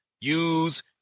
use